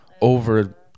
over